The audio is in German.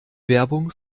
werbung